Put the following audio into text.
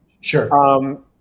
Sure